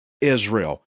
Israel